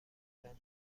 منطقه